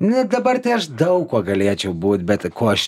na dabar tai aš daug ko galėčiau būt bet kuo aš